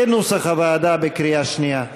כנוסח הוועדה, בקריאה שנייה.